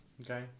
Okay